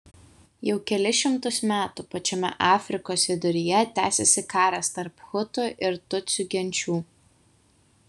jau kelis šimtus metų pačiame afrikos viduryje tęsiasi karas tarp hutų ir tutsių genčių